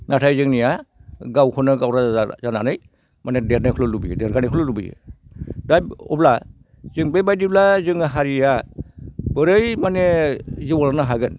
ओमफ्राय जोंनिया गावखौनो गाव राजा जानानै माने देरनायखौल' लुबैयो देरगानायखैल' लुबैयो दा अब्ला जों बेबायदिब्ला जोंनि हारिया बोरै माने जौगालांनो हागोन